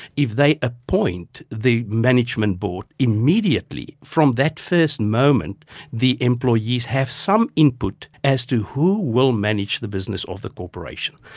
if they appoint the management board immediately, from that first moment the employees have some input as to who will manage the business of the corporation.